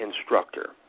instructor